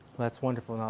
that's wonderful.